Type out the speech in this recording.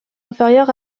inférieur